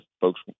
folks